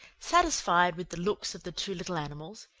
satisfied with the looks of the two little animals,